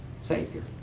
Savior